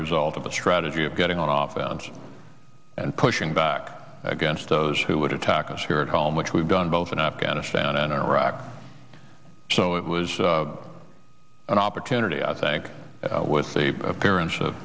result of a strategy of getting off balance and pushing back against those who would attack us here at home which we've done both in afghanistan and iraq so it was an opportunity i think with the parents of